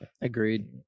Agreed